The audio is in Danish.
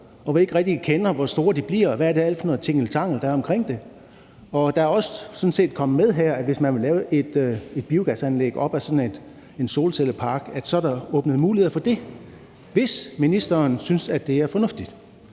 hvor vi ikke rigtig ved, hvor store de bliver, og hvad det er for noget tingeltangel, der er omkring det. Det er sådan set også kommet med her, at hvis man vil lave et biogasanlæg op ad sådan en solcellepark, er der åbnet muligheder for det, hvis ministeren synes, at det er fornuftigt.